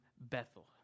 Bethel